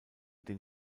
den